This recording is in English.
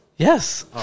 Yes